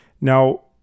Now